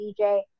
DJ